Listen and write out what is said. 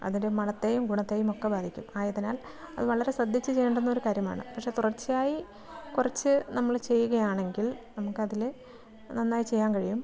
അതിൻ്റെ മണത്തെയും ഗുണത്തെയും ഒക്കെ ബാധിക്കും ആയതിനാൽ അത് വളരെ ശ്രദ്ധിച്ച് ചെയ്യേണ്ടുന്ന ഒരു കാര്യമാണ് പക്ഷേ തുടർച്ചയായി കുറച്ച് നമ്മൾ ചെയ്യുകയാണെങ്കിൽ നമുക്കതിൽ നന്നായി ചെയ്യാൻ കഴിയും